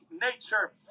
nature